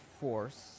force